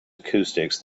acoustics